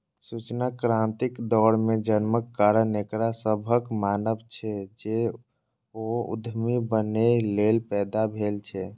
सूचना क्रांतिक दौर मे जन्मक कारण एकरा सभक मानब छै, जे ओ उद्यमी बनैए लेल पैदा भेल छै